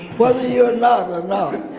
whether you're not, i'm not.